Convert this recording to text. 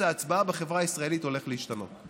ההצבעה בחברה הישראלית הולך להשתנות.